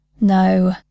No